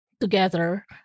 together